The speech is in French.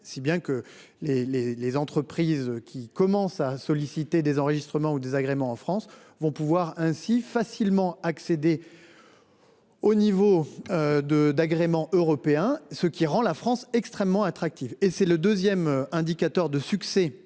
si bien que les les les entreprises qui commencent à solliciter des enregistrements ou désagréments en France vont pouvoir ainsi facilement accéder. Au niveau. De d'agrément européen, ce qui rend la France extrêmement attractif et c'est le 2ème. Indicateur de succès